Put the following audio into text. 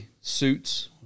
suits